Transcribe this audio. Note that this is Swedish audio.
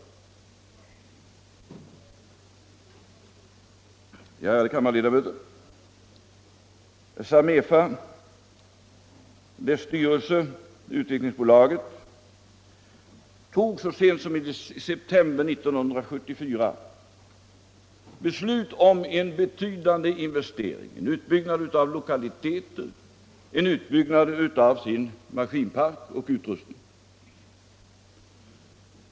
Ärade kammarledamöter! Samefas styrelse och Utvecklingsbolaget fattade så sent som i september 1974 beslut om en betydande investering, en utbyggnad av lokaliteter, maskinpark och utrustning.